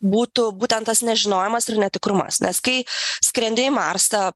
būtų būtent tas nežinojimas ir netikrumas nes kai skrendi į marsą